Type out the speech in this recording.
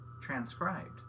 transcribed